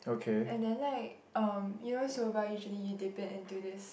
and then like um you know soba usually you dip it into this